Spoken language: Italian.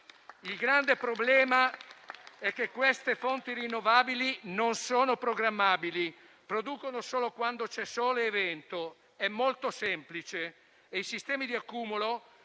Il grande problema è che queste fonti rinnovabili non sono programmabili: producono solo quando ci sono sole e vento, è molto semplice, e i sistemi di accumulo